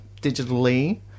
digitally